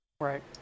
right